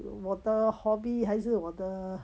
我的 hobby 还是我的